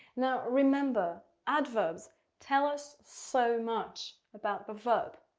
now remember, adverbs tell us so much about the verb.